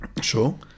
Sure